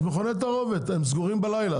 אז מכוני התערובת סגורים בלילה,